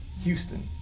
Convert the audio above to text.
Houston